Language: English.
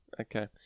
Okay